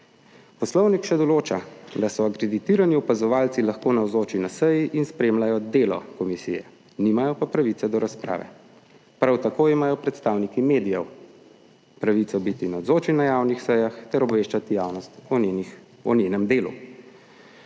Poslovnik še določa, da so akreditirani opazovalci lahko navzoči na seji in spremljajo delo komisije, nimajo pa pravice do razprave, prav tako imajo predstavniki medijev pravico biti navzoči na javnih sejah ter obveščati javnost o njenem delu.